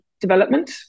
development